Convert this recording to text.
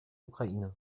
ukraine